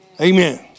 Amen